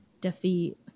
defeat